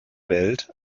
welt